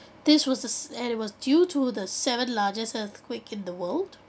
this was the s~ and it was due to the seventh largest earthquake in the world